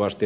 riittämättömiä